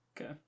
Okay